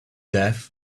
death